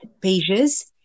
pages